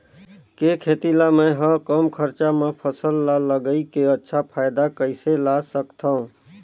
के खेती ला मै ह कम खरचा मा फसल ला लगई के अच्छा फायदा कइसे ला सकथव?